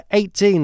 18